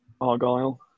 Argyle